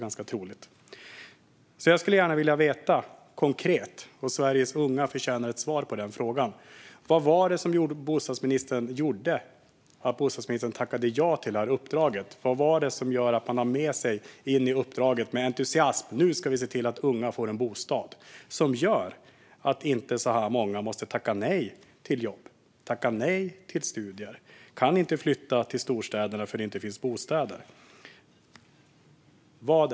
Jag skulle vilja veta konkret, och Sveriges unga förtjänar ett svar på frågan, vad det var som gjorde att bostadsministern tackade ja till uppdraget. Vad är det som ministern tar med sig in i uppdraget med entusiasm så att unga kan få en bostad? Vad är det som görs så att inte så många måste tacka nej till jobb eller studier och inte kan flytta till storstäderna därför att det inte finns bostäder?